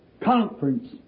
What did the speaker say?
conference